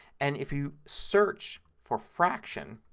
and if you search for fraction